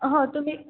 हो तुम्ही